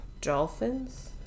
dolphins